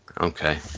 Okay